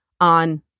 on